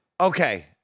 Okay